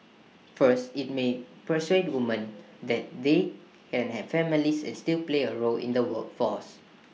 first IT may persuade woman that they can have families and still play A role in the workforce